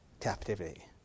captivity